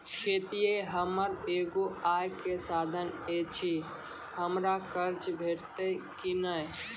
खेतीये हमर एगो आय के साधन ऐछि, हमरा कर्ज भेटतै कि नै?